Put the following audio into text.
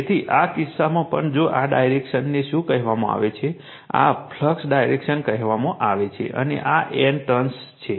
તેથી આ કિસ્સામાં પણ જો આ ડાયરેક્શનને શું કહેવામાં આવે છે આ ફ્લક્સ ડાયરેક્શન કહેવામાં આવે છે અને આ N ટર્ન્સ છે